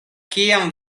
kiam